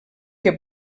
que